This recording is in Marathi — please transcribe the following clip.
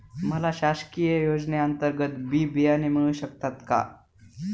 मला शासकीय योजने अंतर्गत बी बियाणे मिळू शकतात का?